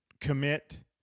commit